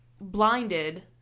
blinded